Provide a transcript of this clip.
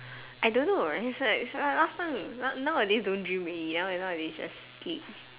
I don't know right it's like last time now nowadays don't dream already nowadays just sleep